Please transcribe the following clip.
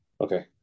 okay